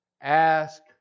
ask